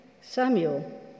Samuel